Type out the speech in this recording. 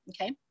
Okay